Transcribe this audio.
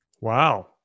Wow